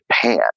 Japan